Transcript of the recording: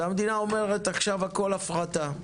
והמדינה אומרת עכשיו הכל הפרטה,